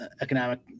economic